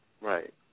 Right